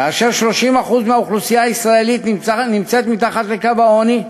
כאשר 30% מהאוכלוסייה הישראלית נמצאת מתחת לקו העוני,